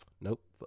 Nope